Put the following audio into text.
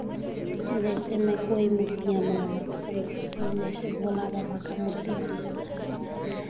जैसे मैं कोई मूर्तियाँ बनाना पसंद करती हूँ जैसे भोला बाबा का मूर्ति बनाना है हमें